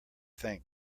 think